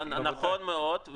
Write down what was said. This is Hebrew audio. נכון מאוד.